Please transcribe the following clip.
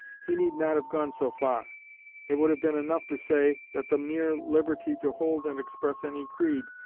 he need not have gone so far it would have been enough to say, that the mere liberty to hold and express any creed,